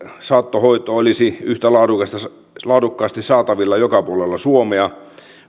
saattohoito olisi yhtä laadukkaasti saatavilla joka puolella suomea